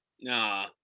Nah